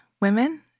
women